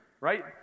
right